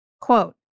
Quote